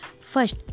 First